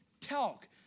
talk